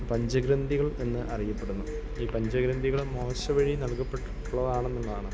പഞ്ചഗ്രന്ഥികൾ എന്ന് അറിയപ്പെടുന്നു ഈ പഞ്ചഗ്രന്ഥികൾ മോശ വഴി നല്കപ്പെട്ടിട്ടുള്ളതാണെന്നുള്ളതാണ് വിശ്വാസം